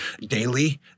daily